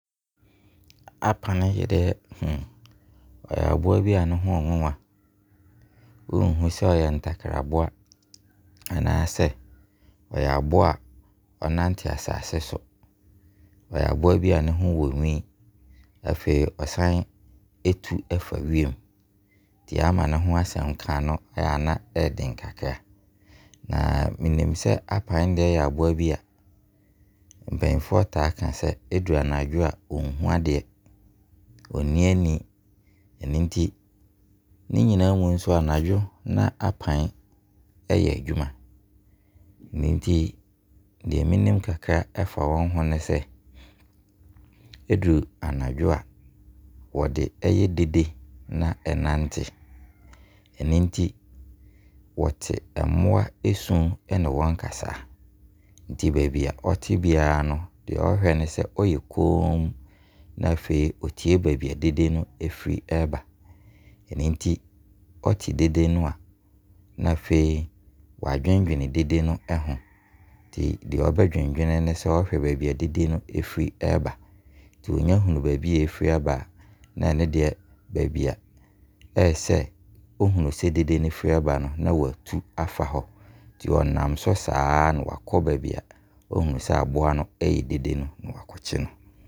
Apan deɛ ɔyɛ boa bi a ne ho ɔwanwan. Wonhunu sɛ ɔyɛ ntakraboa o, anaa sɛ ɔyɛ aboa ɔnante asaase so o. Ɛyɔ aboa bi a ne ho wo nwii. Afei ɔsan ɛtu fa wiem. Nti ama ne ho asem ka no ɛyɛ a na ɛden kakra. menim sɛ Apan yɛ aboa bi a, mpaninfoɔ taa ka sɛ ɔduru anadwo a, ɔnhunu adeɛ. ɔnni ani. Ɛno nti, ne nyinaa mu no anadwo na Apan ɛyɛ adwuma. Ɛno nti deɛ menim kakra fa ne ho ne sɛ, ɛduru anadwo a ɔde ɛyɛ dede na ɛnante. Ɛno nti, ɔte mmoa esu ne wɔn kasa. Nti baabi a ɔte biara no deɛ ɔyɛ ne sɛ ɔyɛ komm. Na afei ɔtie baabi a dede no firi ɛba. Ɛno nti ɔte dede no a, na afei w'adwendwene dede no ho. Deɛ ɔbɛdwendwene ho ne sɛ, ɔhwɛ baabi a dede no firi ba. Nti ɔnya hunu baabi a ɛfiri ba a, na ɔno deɛ baabi ɛyɛ sɛ, ɔhunu sɛ dede firi baeɛ no na watu afa hɔ. Nti ɔnam so saa na wakɔ baabi a ɔhunu sɛ aboa no yɛɛ dede no, na wakɔ kye no.